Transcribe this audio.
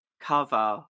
cover